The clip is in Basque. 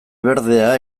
berdea